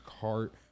cart